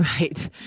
Right